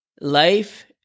life